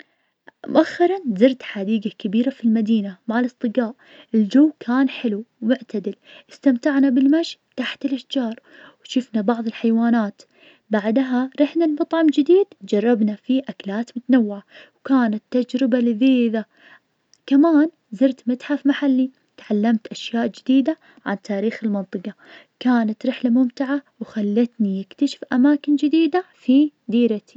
مؤخراً زرت حديقة كبيرة في المدينة, مع الأصدجاء, الجو كان حلو ومعتدل, استمتعنا بالمشي تحت الاشجار, وشفنا بعض الحيوانات, بعدها رحنا لمطعم جديد, وجربنا فيه أكلات متنوعة, وكانت تجربة لذيذة, كمان زرت متحف محلي, واتعلمت أشياء جديدة عن تاريخ المنطجة, كانت رحلة ممتعة, وخلتني اكتشف أماكن جديدة في ديرتي.